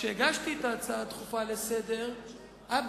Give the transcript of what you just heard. כשהגשתי את ההצעה הדחופה לסדר-היום היה